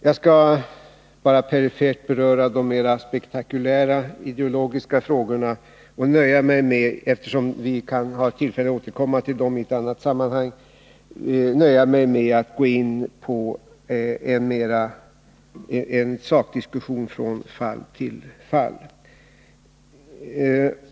Jag skall bara perifert beröra de mera spektakulära ideologiska frågorna och — eftersom vi kan ha tillfälle att återkomma till dem i ett annat sammanhang — nöja mig med att gå in på en sakdiskussion från fall till fall.